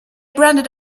branded